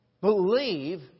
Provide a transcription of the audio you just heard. believe